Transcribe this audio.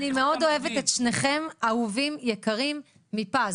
אני מאוד אוהבת את שניכם אהובים, יקרים מפז.